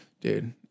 Dude